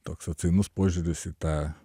toks atsainus požiūris į tą